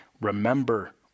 remember